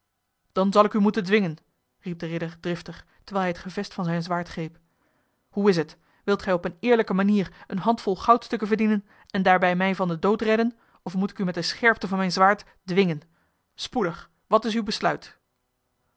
dan zal ik u moeten dwingen riep de ridder driftig terwijl hij het gevest van zijn zwaard greep hoe is het wilt ge op eene eerlijke manier eene handvol goudstukken verdienen en daarbij mij van den dood redden of moet ik u met de scherpte van mijn zwaard dwingen spoedig wat is uw besluit